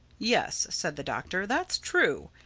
yes, said the doctor, that's true.